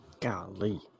Golly